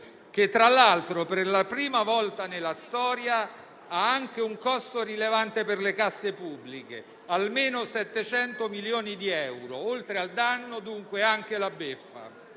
che tra l'altro per la prima volta nella storia ha anche un costo rilevante per le casse pubbliche: almeno 700 milioni di euro; oltre al danno, dunque, anche la beffa.